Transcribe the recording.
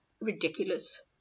ridiculous